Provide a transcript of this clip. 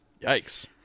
Yikes